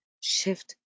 shift